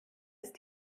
ist